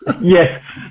Yes